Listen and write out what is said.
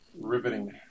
Riveting